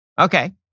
Okay